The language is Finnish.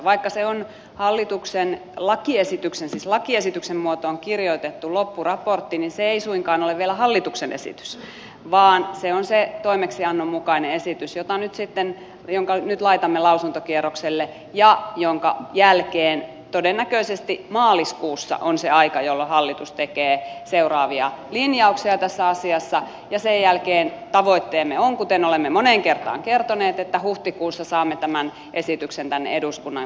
vaikka se on hallituksen lakiesityksen siis lakiesityksen muotoon kirjoitettu loppuraportti niin se ei suinkaan ole vielä hallituksen esitys vaan se on se toimeksiannon mukainen esitys jonka nyt laitamme lausuntokierrokselle jonka jälkeen todennäköisesti maaliskuussa on se aika jolloin hallitus tekee seuraavia linjauksia tässä asiassa ja sen jälkeen tavoitteemme on kuten olemme moneen kertaan kertoneet että huhtikuussa saamme tämän esityksen tänne eduskunnan käsiteltäväksi